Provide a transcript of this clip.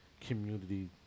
community